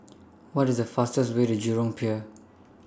What IS The fastest Way to Jurong Pier